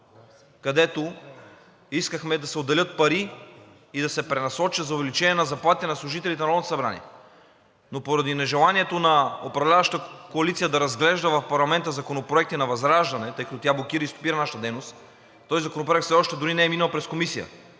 където искахме да се отделят пари и да се пренасочат за увеличение на заплатите на служителите на Народното събрание, но поради нежеланието на управляващата коалиция да разглежда в парламента законопроекти на ВЪЗРАЖДАНЕ, тъй като тя блокира и спира нашата дейност, този законопроект дори все още не е минал през Комисията.